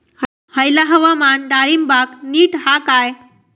हयला हवामान डाळींबाक नीट हा काय?